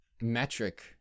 metric